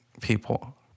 people